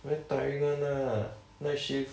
very tiring one lah night shift